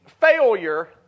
failure